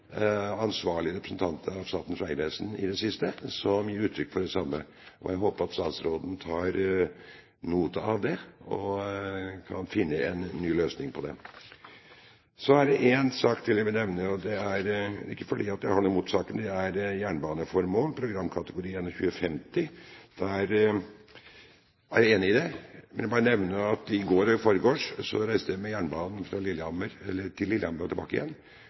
i det siste som gir uttrykk for det samme. Og jeg håper at statsråden tar seg det ad notam og kan finne en ny løsning på det. Så er det én sak til jeg vil nevne, Programkategori 21.50 Jernbaneformål – ikke fordi jeg har noe imot saken, jeg er enig i det. Men jeg vil bare nevne at i går og i forgårs reiste jeg med jernbanen til Lillehammer og tilbake igjen.